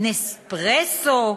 "נספרסו",